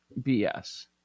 BS